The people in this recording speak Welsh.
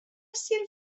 sir